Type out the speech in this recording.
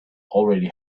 already